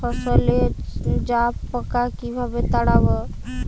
ফসলে জাবপোকা কিভাবে তাড়াব?